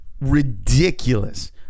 ridiculous